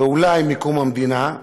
ואולי מקום המדינה.